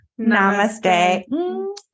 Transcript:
Namaste